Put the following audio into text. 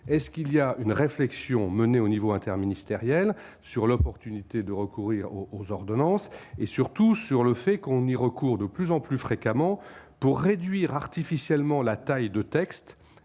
est ce qu'il y a une réflexion menée au niveau interministériel sur l'opportunité de recourir aux ordonnances et surtout sur le fait qu'on y recourent de plus en plus fréquemment pour réduire artificiellement la taille de textes